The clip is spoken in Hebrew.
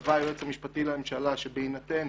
קבע היועץ המשפטי לממשלה, בהינתן